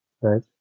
Right